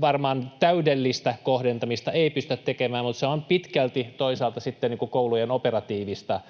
varmaan täydellistä kohdentamista ei pystytä tekemään, mutta se on pitkälti toisaalta sitten koulujen operatiivista